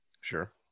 Sure